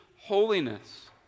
holiness